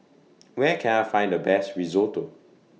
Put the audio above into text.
Where Can I Find The Best Risotto